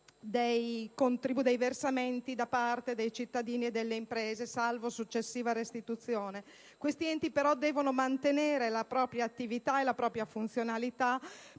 dei contributi da parte dei cittadini e delle imprese, salvo successiva restituzione. Questi enti, però, devono mantenere la propria attività e funzionalità